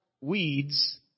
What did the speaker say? weeds